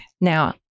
Now